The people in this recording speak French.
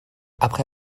après